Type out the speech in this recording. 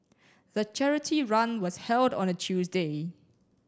the charity run was held on a Tuesday